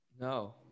No